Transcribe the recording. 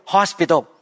Hospital